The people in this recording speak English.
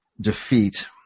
defeat